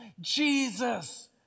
Jesus